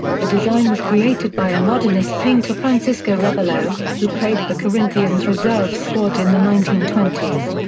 the design was created by a modernist painter francisco rebolo, who played for corinthians reserve squad in the nineteen twenty s.